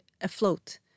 afloat